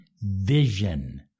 vision